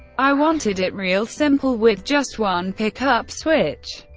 i wanted it real simple, with just one pickup switch.